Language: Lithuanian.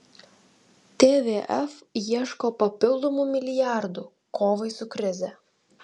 tvf ieško papildomų milijardų kovai su krize